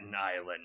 island